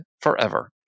forever